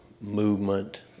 movement